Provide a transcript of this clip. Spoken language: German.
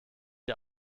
die